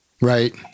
Right